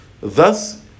Thus